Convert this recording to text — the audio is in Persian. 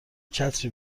چتری